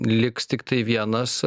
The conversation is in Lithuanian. liks tiktai vienas